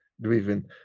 driven